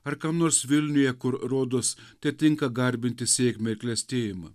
ar kam nors vilniuje kur rodos tetinka garbinti sėkmę ir klestėjimą